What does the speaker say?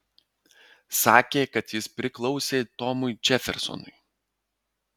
sakė kad jis priklausė tomui džefersonui